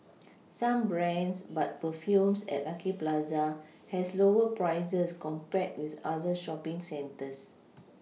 same brands but perfumes at lucky Plaza has lower prices compared with other shopPing centres